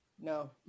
No